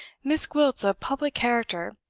miss gwilt's a public character.